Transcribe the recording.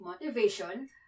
motivation